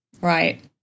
right